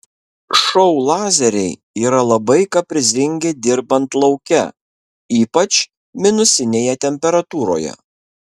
šou lazeriai yra labai kaprizingi dirbant lauke ypač minusinėje temperatūroje